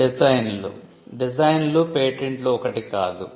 డిజైన్లు డిజైన్లు పేటెంట్లు ఒకటి కాదు